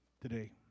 today